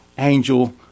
Angel